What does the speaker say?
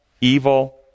evil